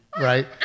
right